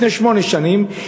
לפני שמונה שנים,